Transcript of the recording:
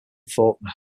faulkner